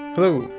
Hello